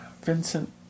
Vincent